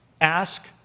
Ask